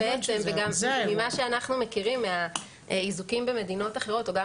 בעצם וגם ממה שאנחנו מכירים מהאיזוקים במדינות אחרות וגם